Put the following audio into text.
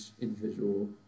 individual